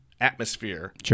atmosphere